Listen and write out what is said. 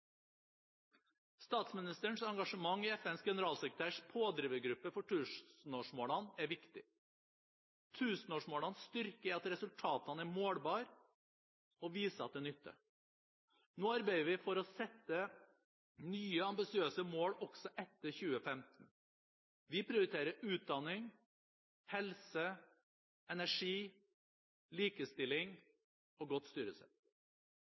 Statsministerens engasjement i FNs generalsekretærs pådrivergruppe for tusenårsmålene er viktig. Tusenårsmålenes styrke er at resultatene er målbare og viser at det nytter. Nå arbeider vi for å sette nye ambisiøse mål også etter 2015. Vi prioriterer utdanning, helse, energi, likestilling og godt styresett.